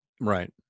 Right